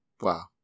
Wow